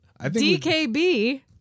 DKB